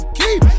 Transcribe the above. keep